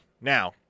Now